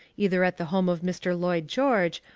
either at the home of mr. lloyd george,